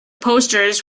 posters